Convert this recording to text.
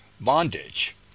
bondage